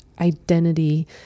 identity